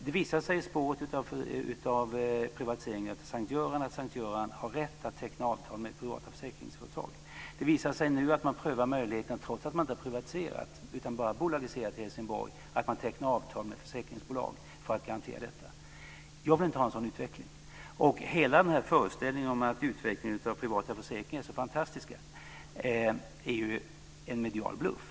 Det visar sig i spåret av privatiseringen av S:t Göran att S:t Göran har rätt att teckna avtal med privata försäkringsföretag. Det visar sig nu att man i Helsingborg prövar möjligheten att teckna avtal med försäkringsbolag för att ge garantier, trots att man inte har privatiserat utan bara bolagiserat. Jag vill inte ha en sådan utveckling. Hela den här föreställningen om att utvecklingen av de privata försäkringarna är så fantastisk är en medial bluff.